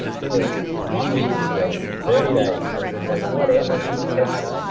do a one-week experiment, a thirty day experiment, like whatever. just test it,